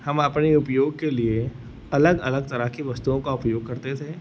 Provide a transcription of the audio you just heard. हम अपने उपयोग के लिए अलग अलग तरह की वस्तुओं का उपयोग करते थे